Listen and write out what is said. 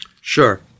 Sure